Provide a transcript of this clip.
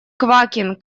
квакин